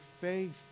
faith